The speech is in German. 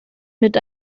mit